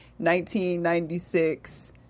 1996